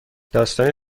داستانی